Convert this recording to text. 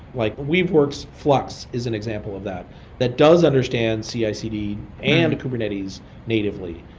like weaveworks flux is an example of that that does understand cicd and kubernetes natively,